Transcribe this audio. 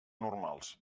normals